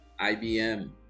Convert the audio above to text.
IBM